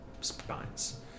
spines